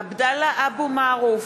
עבדאללה אבו מערוף,